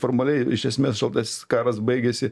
formaliai iš esmės šaltasis karas baigėsi